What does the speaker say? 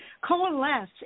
coalesce